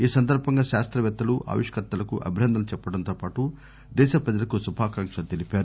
ఈ సందర్బంగా శాస్త్రపేత్తలు ఆవిష్కర్తలకు అభినందనలు చెప్పడంతో పాటు దేశ ప్రజలకు శుభాకాంకులు తెలిపారు